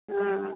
हँ